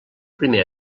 primer